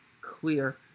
clear